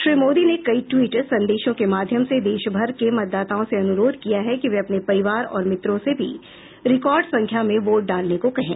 श्री मोदी ने कई ट्वीट संदेशों के माध्यम से देशभर के मतदाताओं से अनुरोध किया है कि वे अपने परिवार और मित्रों से भी रिकॉर्ड संख्या में वोट डालने को कहें